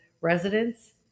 residents